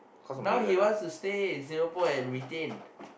now he wants to stay in Singapore and retain